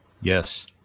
yes